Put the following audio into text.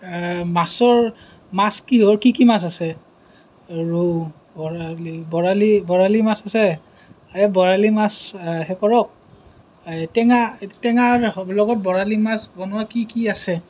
মাছৰ মাছ কিহৰ কি কি মাছ আছে ৰৌ বৰালি বৰালি বৰালি মাছ আছে এহ বৰালি মাছ সেই কৰক টেঙা টেঙাৰ লগত বৰালি মাছ বনোৱা কি কি আছে